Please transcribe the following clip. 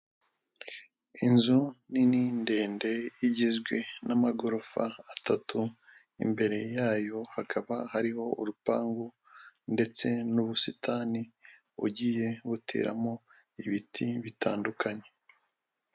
Inzu nini ndende, igizwe n'amagorofa atatu, imbere yayo hakaba hariho urupangu ndetse n'ubusitani bugiye buteramo ibiti bitandukanye.